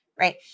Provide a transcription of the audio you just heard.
right